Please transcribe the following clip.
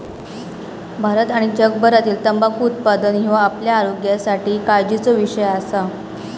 भारत आणि जगभरातील तंबाखू उत्पादन ह्यो आपल्या आरोग्यासाठी काळजीचो विषय असा